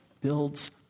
builds